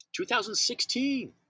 2016